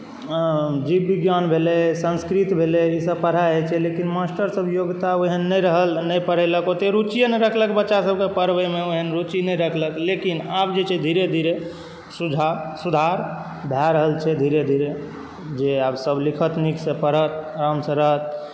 जीवविज्ञान भेलै संस्कृत भेलै ईसभ पढ़ाइ होइत छै लेकिन मास्टरसभ योग्यता ओहन नहि रहल नहि पढ़ेलक ओतेक रुचिए नहि रखलक बच्चासभकेँ पढ़बैमे ओहन रुचि नहि रखलक लेकिन आब जे छै धीरे धीरे सुधार भए रहल छै धीरे धीरे जे आब सभ लिखत नीकसँ पढ़त आरामसँ रहत